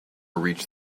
reach